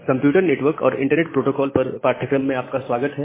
computer network और internet protocol पर पाठ्यक्रम में आपका स्वागत है